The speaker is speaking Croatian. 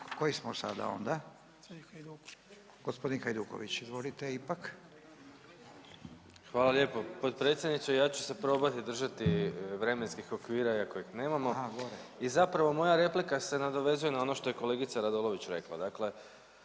Domagoj (Socijaldemokrati)** Hvala lijepo potpredsjedniče. Ja ću se probati držati vremenskih okvira iako ih nemamo i zapravo moja replika se nadovezuje na ono što je kolegica Radolović rekla.